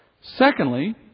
Secondly